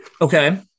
Okay